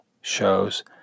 shows